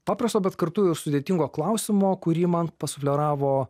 paprasto bet kartu ir sudėtingo klausimo kurį man pasufleravo